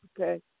okay